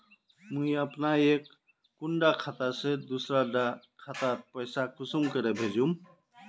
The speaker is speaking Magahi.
मुई अपना एक कुंडा खाता से दूसरा डा खातात पैसा कुंसम करे भेजुम?